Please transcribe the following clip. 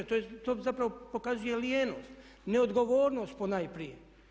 To zapravo pokazuje lijenost, neodgovornost ponajprije.